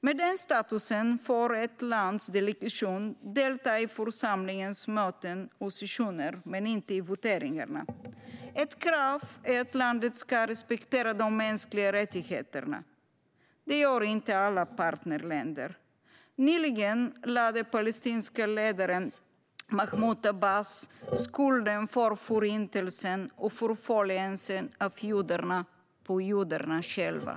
Med den statusen får ett lands delegation delta i församlingens möten och sessioner men inte i voteringarna. Ett krav är att landet ska respektera de mänskliga rättigheterna. Det gör inte alla partnerländer. Nyligen lade den palestinska ledaren Mahmud Abbas skulden för Förintelsen och förföljelsen av judarna på judarna själva.